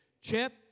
Chip